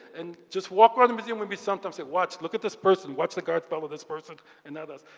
and just walk around a museum with me some times. say, watch. look at this person. watch the guards follow this person and not us.